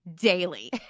daily